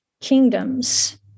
kingdoms